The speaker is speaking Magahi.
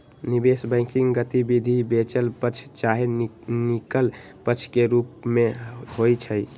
निवेश बैंकिंग गतिविधि बेचल पक्ष चाहे किनल पक्ष के रूप में होइ छइ